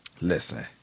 listen